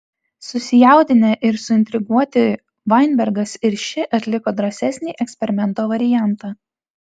susijaudinę ir suintriguoti vainbergas ir ši atliko drąsesnį eksperimento variantą